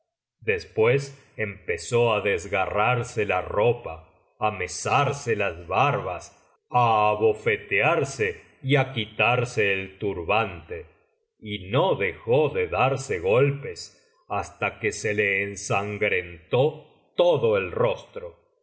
después empezó á desgarrarse la ropa á mesarse las barbas á abofetearse y á quitarse el turbante y no dejó de darse golpes hasta que se le ensangrentó tocio el rostro